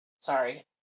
Sorry